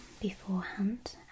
beforehand